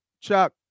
Chuck